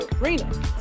Rena